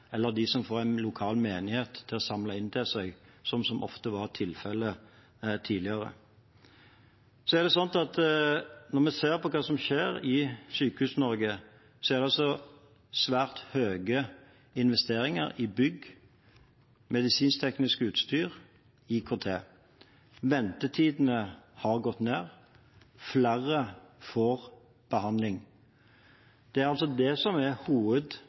eller dem som får en lokal menighet til å samle inn penger til seg, noe som ofte var tilfellet tidligere. Når vi ser på hva som skjer i Sykehus-Norge, er det svært høye investeringer i bygg, medisinsk-teknisk utstyr og IKT. Ventetidene har gått ned, og flere får behandling. Det er dette som er